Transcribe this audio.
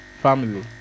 family